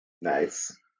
Nice